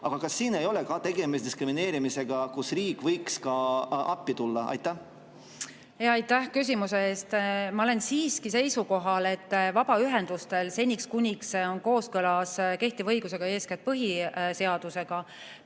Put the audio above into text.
Aga kas siin ei ole tegemist diskrimineerimisega, kus riik võiks ka appi tulla? Aitäh küsimuse eest! Ma olen siiski seisukohal, et vabaühendustele seniks, kuniks see on kooskõlas kehtiva õigusega, eeskätt põhiseadusega,